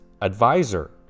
advisor